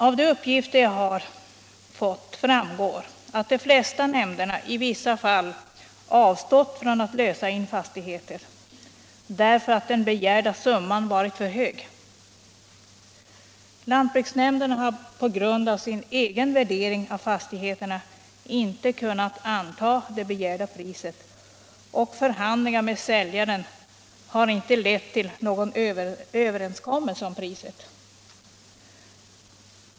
Av de uppgifter jag har fått framgår att de flesta nämnderna i vissa fall avstått från att lösa in fastigheter därför att den begärda summan varit för hög. Lantbruksnämnderna har på grund av sin egen värdering av fastigheterna inte kunnat anta det begärda priset, och förhandlingar med säljaren har inte lett till någon överenskommelse om priset.